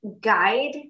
guide